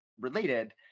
related